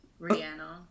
Rihanna